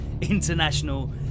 international